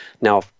Now